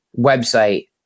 website